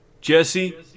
Jesse